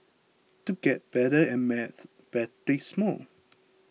to get better at maths practise more